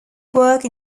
work